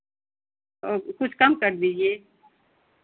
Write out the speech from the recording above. औ कुछ कम कर दीजिए